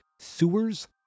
sewers